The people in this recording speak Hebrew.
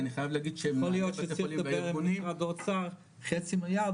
כי אני חייב להגיד --- יכול להיות שמבקשים חצי מיליארד,